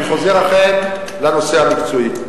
אני חוזר, אכן, לנושא המקצועי.